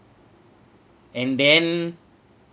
and then